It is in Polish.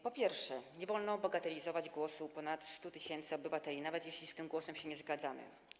Po pierwsze, nie wolno bagatelizować głosu ponad 100 tys. obywateli, nawet jeśli z tym głosem się nie zgadzamy.